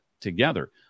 together